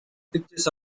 pictures